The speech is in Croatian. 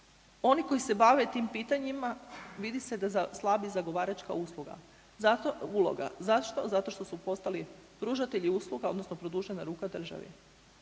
Oni koji se bave tim pitanjima vidi se da slabi zagovaračka usluga, zato uloga. Zašto? Zato što su postali pružatelji usluga odnosno produžena ruka državi.